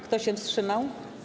Kto się wstrzymał?